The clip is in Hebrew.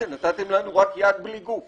ולמה קיבלו יד בלי גוף.